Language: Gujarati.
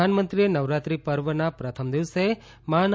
પ્રધાનમંત્રીએ નવરાત્રી પર્વનાં પ્રથમ દિવસે માના